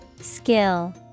Skill